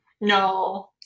No